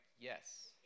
yes